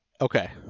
okay